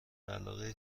علاقه